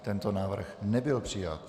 Tento návrh nebyl přijat.